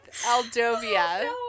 Aldovia